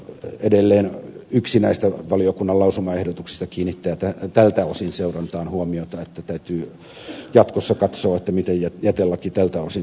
edelleen yksi näistä valiokunnan lausumaehdotuksista kiinnittää tältä osin seurantaan huomiota että täytyy jatkossa katsoa miten jätelaki tältä osin tulee vaikuttamaan